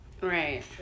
Right